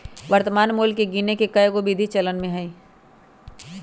वर्तमान मोल के गीने के कएगो विधि चलन में हइ